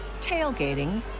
tailgating